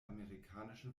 amerikanischen